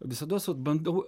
visados vat bandau